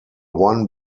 one